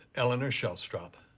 eleanor shellstrop,